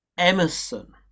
Emerson